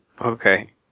Okay